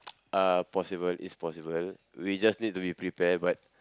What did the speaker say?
uh possible it's possible we just need to be prepared but